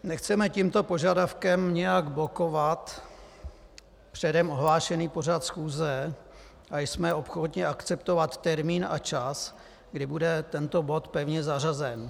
Nechceme tímto požadavkem nijak blokovat předem ohlášený pořad schůze a jsme ochotni akceptovat termín a čas, kdy bude tento bod pevně zařazen.